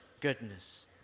goodness